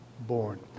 born